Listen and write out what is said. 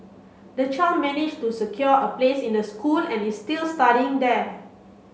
the child managed to secure a place in the school and is still studying there